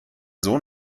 sohn